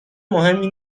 مهمی